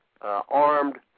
armed